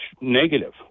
negative